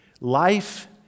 life